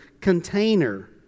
container